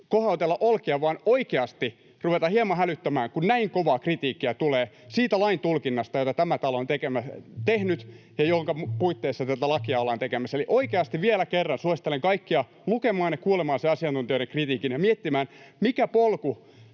kohautella olkia, vaan pitäisi oikeasti ruveta hieman hälyttämään, kun näin kovaa kritiikkiä tulee siitä lain tulkinnasta, jota tämä talo on tehnyt ja jonka puitteissa tätä lakia ollaan tekemässä. Eli oikeasti vielä kerran suosittelen kaikkia lukemaan kuulemiensa asiantuntijoiden kritiikin ja miettimään, mikä polku